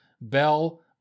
Bell